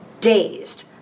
dazed